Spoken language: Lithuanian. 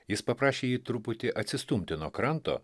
jis paprašė jį truputį atsistumti nuo kranto